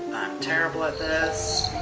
terrible at this.